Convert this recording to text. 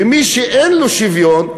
ומי שאין לו שוויון,